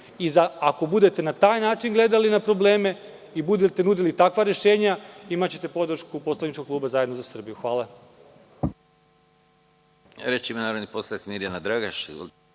Ako budete na taj način gledali na probleme i budete nudili takva rešenja, imaćete podršku Poslaničkog kluba Zajedno za Srbiju. Hvala.